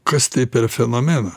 kas taip ir fenomena